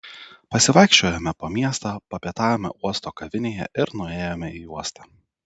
pasivaikščiojome po miestą papietavome uosto kavinėje ir nuėjome į uostą